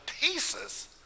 pieces